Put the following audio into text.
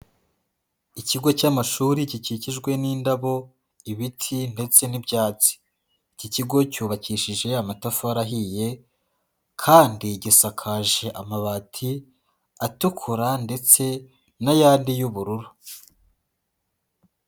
Ikigo cy'amashuri gikikijwe n'indabo, ibiti ndetse n'ibyatsi. Iki kigo cyubakishije amatafari ahiye kandi gisakaje amabati atukura ndetse n'ayandi y'ubururu.